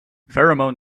pheromone